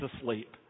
asleep